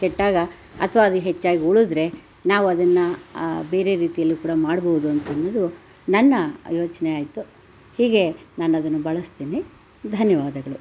ಕೆಟ್ಟಾಗ ಅಥವಾ ಅದು ಹೆಚ್ಚಾಗಿ ಉಳಿದ್ರೆ ನಾವು ಅದನ್ನು ಬೇರೆ ರೀತಿಯಲ್ಲಿ ಕೂಡ ಮಾಡಬಹ್ದು ಅಂತ ಅನ್ನೋದು ನನ್ನ ಯೋಚನೆ ಆಯಿತು ಹೀಗೇ ನಾನು ಅದನ್ನು ಬಳಸ್ತೀನಿ ಧನ್ಯವಾದಗಳು